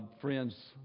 friends